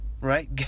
right